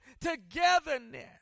togetherness